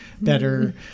better